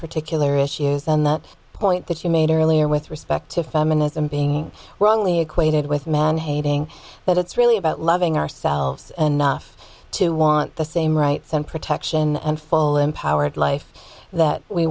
particular issues and the point that you made earlier with respect to feminism being wrongly equated with man hating that it's really about loving ourselves and not to want the same rights and protection and full empowered life that we